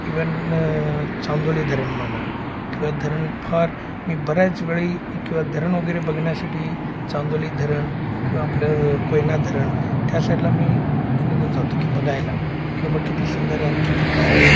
even Chandoli धरण म्हणा किंवा धरण फार मी बऱ्याच वेळी किंवा धरण वगैरे बघण्यासाठी चांदोली धरण किंवा आपलं कोयना धरण त्या साईडला मी निघून जातो की बघायला की बाबा किती सुंदर आहे आणि किती काय आहे